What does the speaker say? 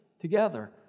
together